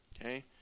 Okay